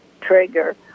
trigger